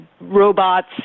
robots